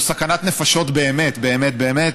זו סכנת נפשות באמת באמת,